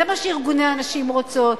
זה מה שארגוני הנשים רוצים,